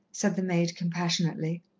said the maid compassionately.